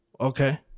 Okay